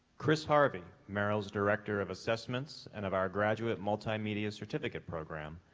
chris harvey, merrill's director of assessments and of our graduate multimedia certificate program,